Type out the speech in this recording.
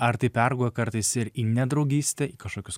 ar tai perauga kartais ir į ne draugystę į kažkokius